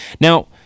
Now